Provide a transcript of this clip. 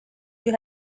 you